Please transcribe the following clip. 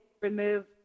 remove